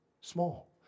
Small